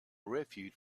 refuge